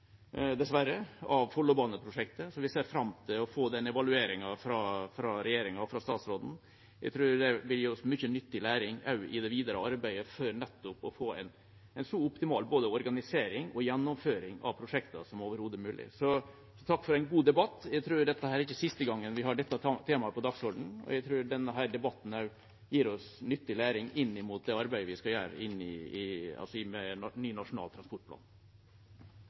dessverre, av Follobaneprosjektet, så vi ser fram til å få evalueringen fra regjeringa og statsråden. Jeg tror det vil gi oss mye nyttig læring, også i det videre arbeidet, for nettopp å få en så optimal både organisering og gjennomføring av prosjektene som overhodet mulig. Takk for en god debatt. Jeg tror ikke det er siste gangen vi har dette temaet på dagsordenen. Jeg tror også at denne debatten gir oss nyttig læring for det arbeidet vi skal gjøre